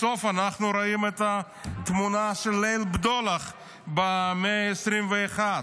בסוף אנחנו רואים את התמונה של ליל הבדולח במאה ה-21.